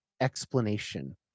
explanation